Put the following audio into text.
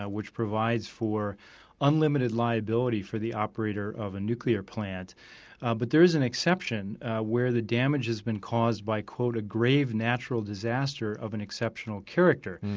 ah which provides for unlimited liability for the operator of a nuclear plant but there is an exception where the damage has been caused by a grave natural disaster of an exceptional character.